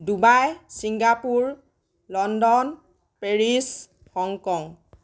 Dubai Singapore London Paris Hong Kong